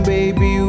Baby